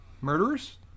Murderers